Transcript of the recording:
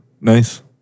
Nice